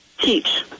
teach